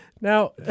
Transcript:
Now